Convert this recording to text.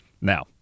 Now